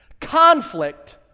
Conflict